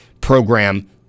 program